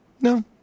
No